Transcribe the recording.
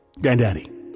granddaddy